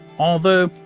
although.